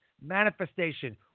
manifestation